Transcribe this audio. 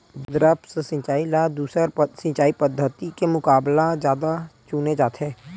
द्रप्स सिंचाई ला दूसर सिंचाई पद्धिति के मुकाबला जादा चुने जाथे